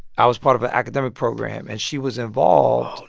i was part of an academic program. and she was involved.